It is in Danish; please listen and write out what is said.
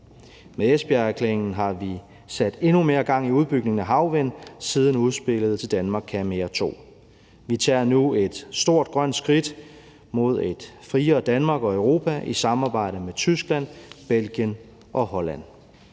Med Esbjergerklæringen har vi sat endnu mere gang i udbygningen af havvind siden udspillet »Danmark kan mere II«. Vi tager nu et stort grønt skridt mod et friere Danmark og Europa i samarbejde med Tyskland, Belgien og Holland.